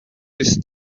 this